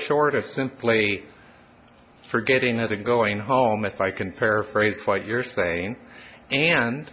short of simply for getting at the going home if i can paraphrase for your saying and